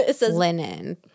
linen